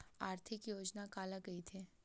आर्थिक योजना काला कइथे?